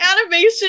animation